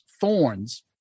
thorns